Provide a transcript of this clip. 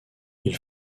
ils